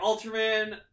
Ultraman